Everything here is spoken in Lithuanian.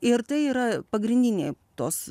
ir tai yra pagrindiniai tos